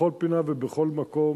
בכל פינה ובכל מקום,